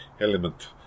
element